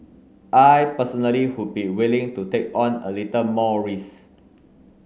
I personally would be willing to take on a little more risk